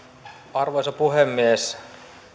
arvoisa puhemies